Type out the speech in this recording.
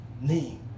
name